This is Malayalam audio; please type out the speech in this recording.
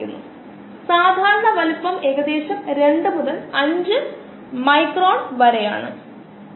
സെല്ലുലോസ് ലിഗ്നോ സെല്ലുലോസിക് വസ്തുക്കൾ എല്ലാ സസ്യങ്ങളിലും ധാരാളമായി കാണപ്പെടുന്നു മരം ഗ്ലൂക്കോസിന്റെ ഇതര ഉറവിടങ്ങളാണ്